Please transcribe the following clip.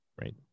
Right